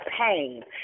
pain